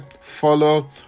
follow